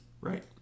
Right